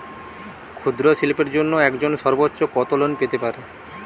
ক্ষুদ্রশিল্পের জন্য একজন সর্বোচ্চ কত লোন পেতে পারে?